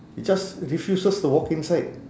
he just refuses to walk inside